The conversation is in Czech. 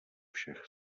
všech